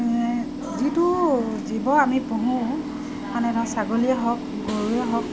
যিটো জীৱ আমি পুহো মানে ধৰক ছাগলীয়ে হওক গৰুৱে হওক